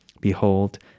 Behold